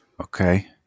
Okay